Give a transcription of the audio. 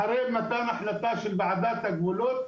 אחרי מתן החלטה של ועדת הגבולות,